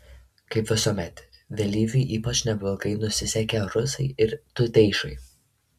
kaip visuomet vėlyviui ypač neblogai nusisekė rusai ir tuteišai